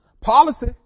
Policy